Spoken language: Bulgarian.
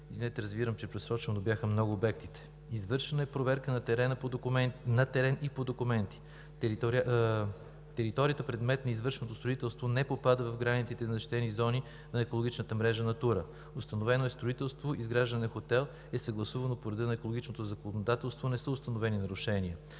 Извинете, разбирам, че просрочвам, но бяха много обектите. Извършена е проверка на терен и по документи. Територията – предмет на извършеното строителство, не попада в границите на защитени зони на екологичната мрежа „Натура“. Установено е строителство, изграждане на хотел, съгласувано по реда на екологичното законодателство. Не са установени нарушения.